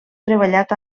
treballat